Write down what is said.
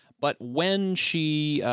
but when she, ah,